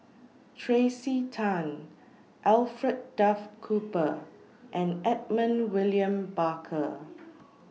Tracey Tan Alfred Duff Cooper and Edmund William Barker